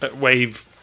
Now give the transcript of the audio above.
wave